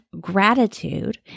gratitude